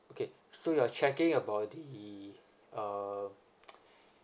okay so you're checking about the uh